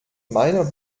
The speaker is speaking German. meiner